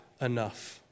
enough